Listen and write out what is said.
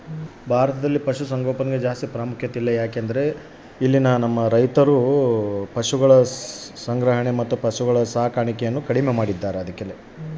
ಭಾರತದಲ್ಲಿ ಪಶುಸಾಂಗೋಪನೆಗೆ ಜಾಸ್ತಿ ಪ್ರಾಮುಖ್ಯತೆ ಇಲ್ಲ ಯಾಕೆ?